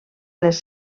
les